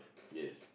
yes